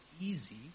easy